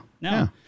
No